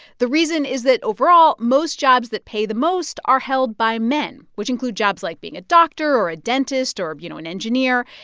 the reason is that, overall, most jobs that pay the most are held by men, which include jobs like being a doctor or a dentist or, you know, an engineer.